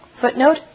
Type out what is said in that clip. Footnote